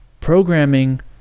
Programming